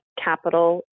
capital